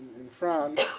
in france.